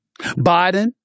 Biden